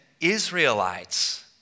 Israelites